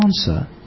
answer